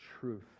truth